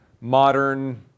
modern